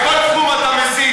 חוצפן, מסית, בכל תחום אתה מסית.